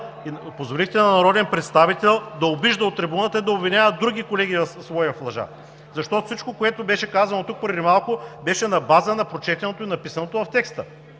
позволихте на народен представител да обижда от трибуната и да обвинява други свои колеги в лъжа. Защото всичко, което беше казано тук преди малко, беше на база на прочетеното и написаното в текста.